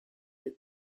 that